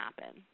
happen